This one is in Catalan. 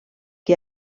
que